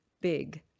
big